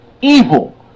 evil